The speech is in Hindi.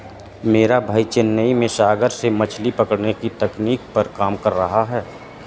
मेरा भाई चेन्नई में सागर से मछली पकड़ने की तकनीक पर काम कर रहा है